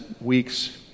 week's